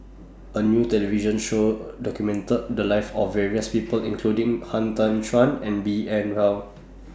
A New television Show documented The Lives of various People including Han Tan Juan and B N Rao